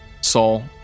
Saul